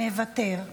מוותר.